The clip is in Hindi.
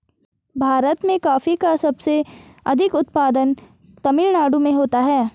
भीरत में कॉफी का सबसे अधिक उत्पादन तमिल नाडु में होता है